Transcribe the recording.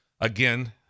Again